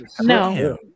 No